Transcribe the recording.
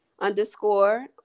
underscore